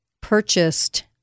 purchased